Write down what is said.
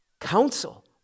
counsel